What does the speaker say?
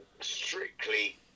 Strictly